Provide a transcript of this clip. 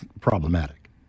Problematic